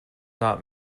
not